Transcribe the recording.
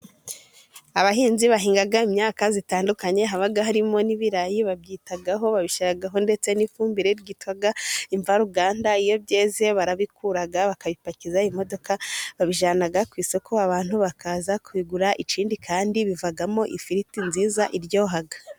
Abahinzi bahinga imyaka itandukanye, haba harimo n'ibirayi, babyitaho babishyiraho ndetse n'ifumbire ryitwa imvaruganda, iyo byeze barabikura bakabipakiza imodoka, bakabijyana ku isoko, abantu bakaza kugura, ikindi kandi bivagamo ifiriti nziza iryoha.